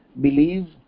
believe